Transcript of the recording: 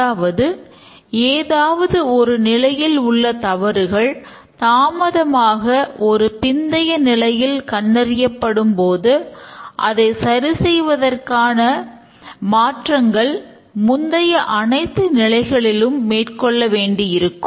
அதாவது ஏதாவது ஒரு நிலையில் உள்ள தவறுகள் தாமதமாக ஒரு பிந்தைய நிலையில் கண்டறியப்படும் போது அதை சரி செய்வதற்கான மாற்றங்கள் முந்தைய அனைத்து நிலைகளிலும் மேற்கொள்ள வேண்டியிருக்கும்